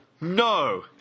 No